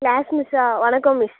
class மிஸ்ஸா வணக்கம் miss